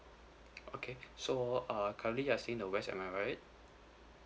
okay so uh currently you are staying in the west am I right